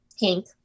Pink